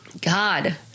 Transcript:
God